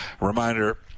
Reminder